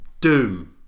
doom